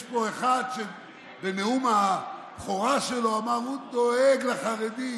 יש פה אחד שאמר בנאום הבכורה שלו שהוא דואג לחרדים,